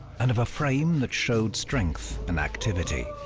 and of a frame that showed strength and activity.